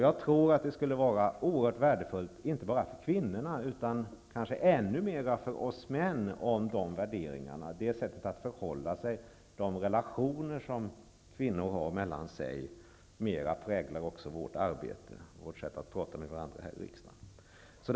Jag tror att det skulle vara oerhört värdefullt, inte bara för kvinnorna utan kanske ännu mera för oss män, om de värderingar, det sättet att förhålla sig, de relationer som kvinnor har mellan sig, mera präglade också vårt arbete, vårt sätt att prata med varandra här i riksdagen.